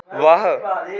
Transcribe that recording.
वाह्